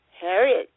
Harriet